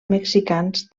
mexicans